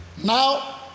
Now